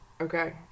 Okay